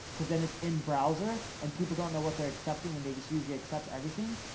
cause then it's in-browser, and people don't know what they're accepting, and they just usually accept everything,